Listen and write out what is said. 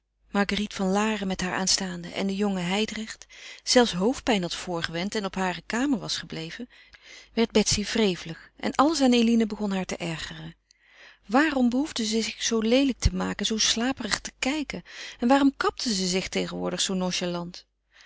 marguérite van laren met haar aanstaande en den jongen hijdrecht zelfs hoofdpijn had voorgewend en op hare kamer was gebleven werd betsy wrevelig en alles aan eline begon haar te ergeren waarom behoefde ze zich zoo leelijk te maken en zoo slaperig te kijken en waarom kapte ze zich tegenwoordig zoo